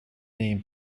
name